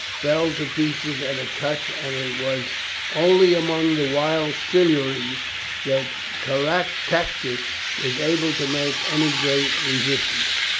fell to pieces at touch and it was only among the wild silures that caractacus was able to make any great resistance.